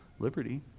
liberty